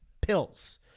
pills